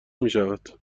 میشود